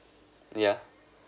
yeah